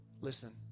Listen